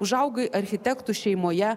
užaugai architektų šeimoje